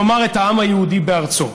כלומר את העם היהודי בארצו.